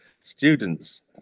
students